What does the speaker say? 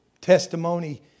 testimony